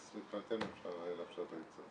אז מבחינתנו אפשר לאפשר הייצוא,